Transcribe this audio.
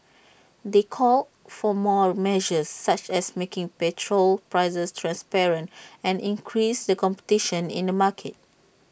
they called for more measures such as making petrol prices transparent and increasing the competition in the market